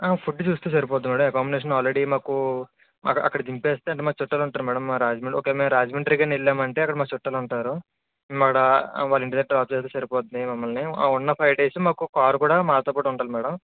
ఆ ఫుడ్ చూస్తే సరిపోతుంది మ్యాడమ్ ఎకోమడేషన్ ఆల్రెడీ మాకు అక్క అక్కడ దింపేస్తే అంటే మా చుట్టాలు ఉంటారు మ్యాడమ్ రాజమన్ ఒకవేళ మేము రాజమండ్రి కానీ వెళ్ళమంటే అక్కడ మా చుట్టాలు ఉంటారు అక్కడ వాళ్ళ ఇంటి దగ్గర డ్రాప్ చేస్తే సరిపోతుంది మమ్మల్ని ఆ ఉన్న ఫైవ్ డేస్ మాకు ఒక కార్ కూడా మాతో పాటు ఉండాలి మ్యాడమ్